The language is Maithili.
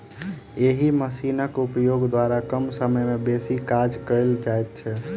एहि मशीनक उपयोग द्वारा कम समय मे बेसी काज कयल जाइत छै